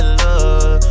love